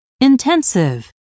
intensive